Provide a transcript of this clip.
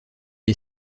est